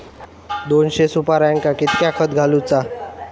दोनशे सुपार्यांका कितक्या खत घालूचा?